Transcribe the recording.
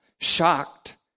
Shocked